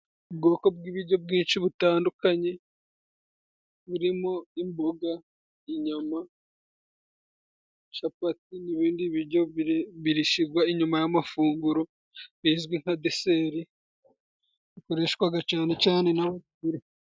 Ubwoko bw'ibiryo bwinshi butandukanye burimo imboga, inyama, capati, n'ibindi biryo bishyirwa inyuma y'amafunguro bizwi nka deseri bikoreshwa cyane cyane n'abakire.